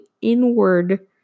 inward